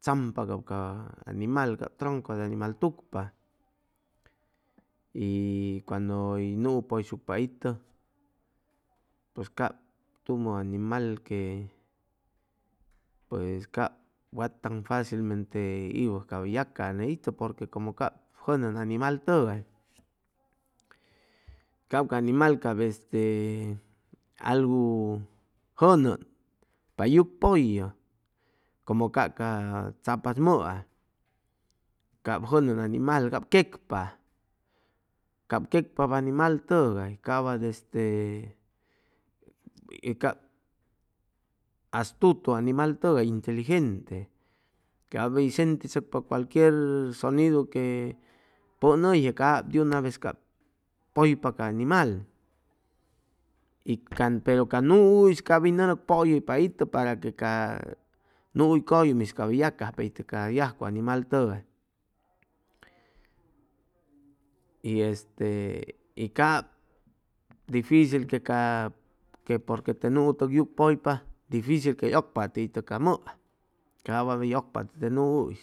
Champa cap ca animal cap tronco de animal tukpa y cuando hʉy nuu pʉyshucpa itʉ pues cap tumo animal que pues cap wat tan facilmente iwʉ cap hʉy yacaa net itʉ porque como cap jʉnʉn animal tʉgay cap ca animal cap este algu jʉnʉn pay yucpʉyʉ como cap ca tzapatz mʉa cap jʉnʉn animal cap queqpa cap queqpap animal tʉgay cap wat este e cap astutu animal tʉgay inteligente cap hʉy sentichʉcpa cualquier sonidu que pʉn hʉyje cap diunavez cap pʉypa ca animal y can pero ca nuu'is cap hʉy nʉʉ nʉcpʉyʉypa itʉ para que ca nuu hʉy cʉyumi cap hʉy yacajpa ca animal tʉgay y este y cap este dificil que cap que porque te nuu tʉgay yucpʉypa dificil quey ʉcpatʉ itʉ ca mʉa cap wat hʉy ʉcpatʉ te nuu'is